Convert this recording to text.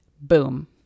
boom